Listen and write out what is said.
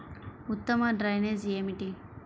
ఉత్తమ డ్రైనేజ్ ఏమిటి?